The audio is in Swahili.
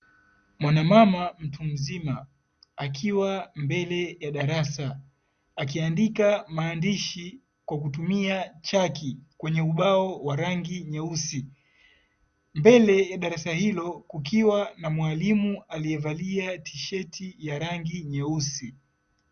Mwana mama mtu mzima akiwa mbele ya darasa akiandika maandishi kwa kutumia chaki kwenye ubao wa rangi nyeusi, mbele ya darasa hilo kukiwa na mwalimu aliyevalia tisheti ya rangi nyeusi.